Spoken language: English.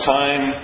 time